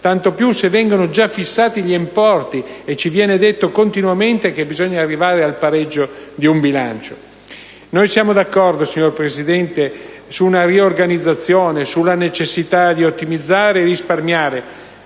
tanto più se vengono già fissati gli importi e ci viene detto continuamente che bisogna arrivare al pareggio di bilancio. Noi siamo d'accordo, signora Presidente, su una riorganizzazione e sulla necessità di ottimizzare e risparmiare,